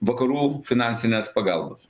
vakarų finansinės pagalbos